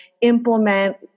implement